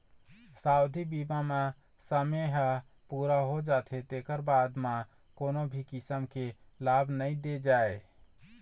सावधि बीमा म समे ह पूरा हो जाथे तेखर बाद म कोनो भी किसम के लाभ नइ दे जाए